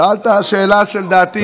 שאלת שאלה שלדעתי,